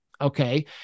okay